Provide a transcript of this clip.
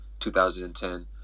2010